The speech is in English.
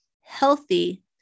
healthy